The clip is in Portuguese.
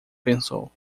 pensou